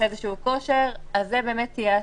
זה קיים.